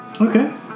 Okay